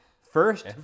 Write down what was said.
First